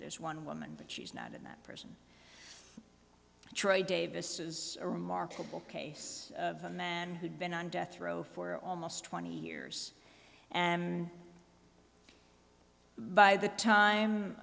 this one woman but she's not in that prison troy davis is a remarkable case of a man who'd been on death row for almost twenty years and by the time